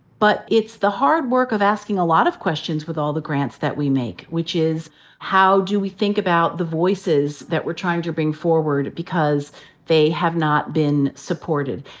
but it's the hard work of asking a lot of questions with all the grants that we make, which is how do we think about the voices that we're trying to bring forward because they have not been supported?